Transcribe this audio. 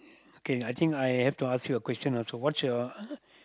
okay I think I have to ask you a question also what's your